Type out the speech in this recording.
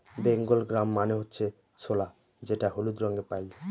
Bengal gram মানে হচ্ছে ছোলা যেটা হলুদ রঙে পাই